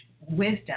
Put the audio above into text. wisdom